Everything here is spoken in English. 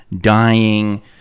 dying